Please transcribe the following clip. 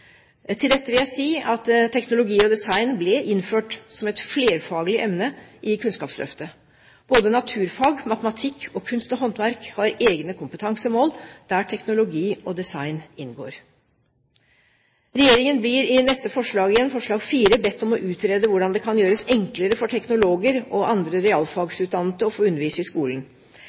Til dette vil jeg si at teknologi og design ble innført som et flerfaglig emne i Kunnskapsløftet. Både naturfag, matematikk og kunst og håndverk har egne kompetansemål der teknologi og design inngår. Regjeringen blir i forslag IV bedt om å utrede hvordan det kan gjøres enklere for teknologer og andre realfagsutdannede å få undervise i skolen.